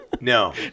No